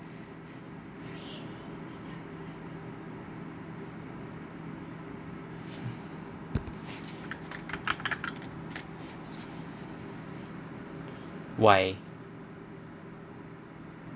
why